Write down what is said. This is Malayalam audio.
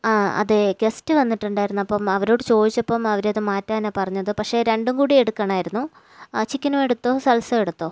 ആ അതേ ഗസ്റ്റ് വന്നിട്ടുണ്ടാരുന്നു അപ്പം അവരോട് ചോദിച്ചപ്പം അവരത് മാറ്റാനാണ് പറഞ്ഞത് പഷേ രണ്ടും കൂടി എടുക്കണമായിരുന്നു ആ ചിക്കനുമെടുത്തോ സല്സ എടുത്തോ